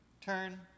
turn